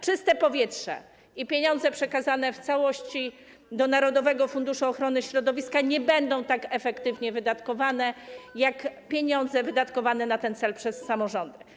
Czyste powietrze” i pieniądze przekazane w całości do narodowego funduszu ochrony środowiska - to nie będzie tak efektywnie wydatkowane jak pieniądze wydatkowane na ten cel przez samorządy.